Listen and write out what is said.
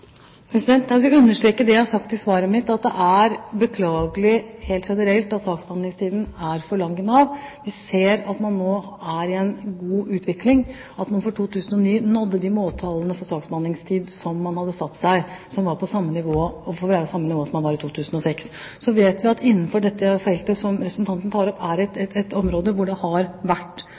Jeg vil understreke det jeg sa i svaret mitt. Det er beklagelig helt generelt at saksbehandlingstiden er for lang i Nav. Vi ser at man nå er i en god utvikling, og at man for 2009 nådde de måltallene for saksbehandlingstid som man hadde satt seg, og som var på samme nivå som i 2006. Så vet vi at det innenfor det feltet som representanten tar opp, er et område hvor etaten er tydelig på at det er for lang saksbehandlingstid. Derfor har